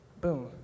Boom